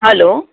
hello